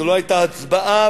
זו לא היתה הצבעה,